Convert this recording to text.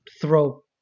throw